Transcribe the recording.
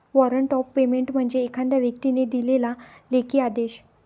warrant of payment म्हणजे एखाद्या व्यक्तीने दिलेला लेखी आदेश